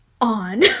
On